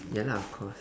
ya lah of course